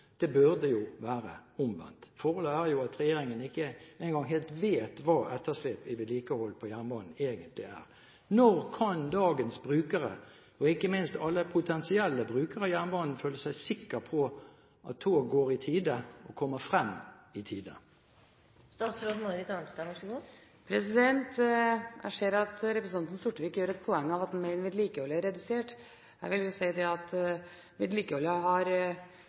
Det burde være omvendt. Forholdet er jo at regjeringen ikke engang helt vet hva etterslepet på vedlikehold av jernbane egentlig er. Når kan dagens brukere – og ikke minst alle potensielle brukere – av jernbanen føle seg sikre på at tog går i tide og kommer frem i tide? Jeg ser at representanten Sortevik gjør et poeng av at vedlikeholdet er redusert. Jeg vil si at vedlikeholdet – kanskje med unntak av foregående år – aldri har